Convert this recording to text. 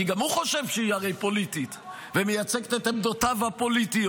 כי הרי גם הוא חושב שהיא פוליטית ומייצגת את עמדותיו הפוליטיות.